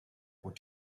would